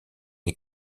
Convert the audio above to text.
les